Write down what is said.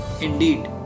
Indeed